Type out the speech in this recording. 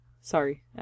Sorry